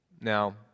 Now